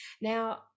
Now